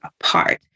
apart